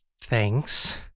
Thanks